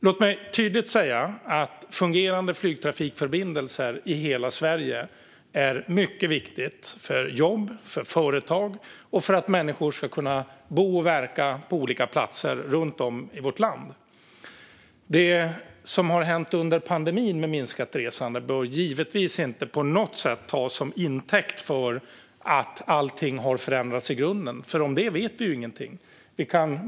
Låt mig tydligt säga att fungerande flygtrafikförbindelser i hela Sverige är mycket viktigt för jobb, för företag och för att människor ska kunna bo och verka på olika platser runt om i vårt land. Det minskade resandet under pandemin bör givetvis inte på något sätt tas till intäkt för att allting har förändrats i grunden. Om det vet vi ju ingenting.